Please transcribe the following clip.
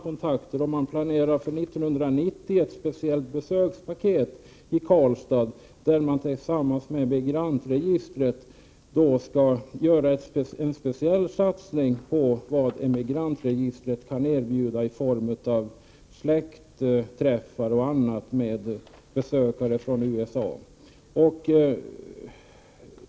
Värmlands turistråd planerar inför 1990 ett speciellt besökspaket i Karlstad tillsammans med Emigrantregistret. Man skall då göra en speciell satsning och tala om vad Emigrantregistret kan erbjuda i form av släktträffar och annat med besökare från USA.